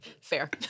Fair